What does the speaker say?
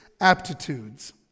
aptitudes